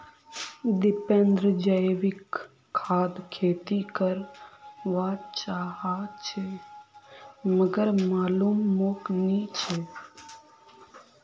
दीपेंद्र जैविक खाद खेती कर वा चहाचे मगर मालूम मोक नी छे